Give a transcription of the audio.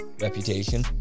reputation